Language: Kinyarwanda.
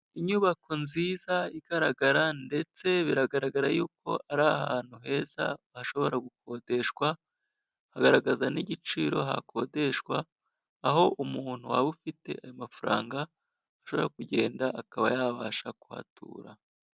Inyubako nziza igaragara, ndetse biragaragara yuko ari ahantu heza hashobora gukodeshwa, hagaragaza n'igiciro hakodeshwa, aho umuntu waba ufite ayo mafaranga ashobora kugenda akaba yabasha kuhatura.